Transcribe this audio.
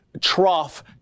trough